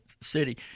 city